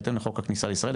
בהתאם לחוק הכניסה לישראל,